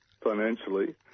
financially